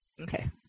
Okay